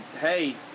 hey